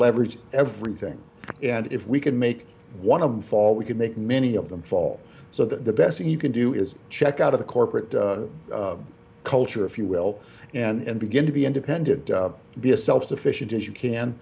leverage everything and if we can make one of them fall we can make many of them fall so that the best you can do is check out of the corporate culture if you will and begin to be independent be a self sufficient as you can